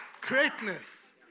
Greatness